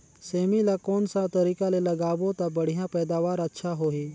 सेमी ला कोन सा तरीका ले लगाबो ता बढ़िया पैदावार अच्छा होही?